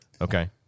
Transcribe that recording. Okay